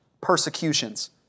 Persecutions